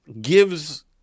gives